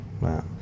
wow